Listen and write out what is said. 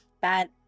bad